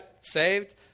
saved